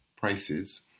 prices